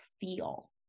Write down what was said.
feel